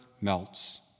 melts